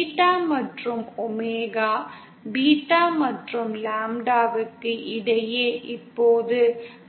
beta மற்றும் omega beta மற்றும் லாம்ப்டாவுக்கு இடையே இப்போது